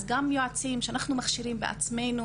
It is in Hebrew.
אז גם יועצים שאנחנו מכשירים בעצמנו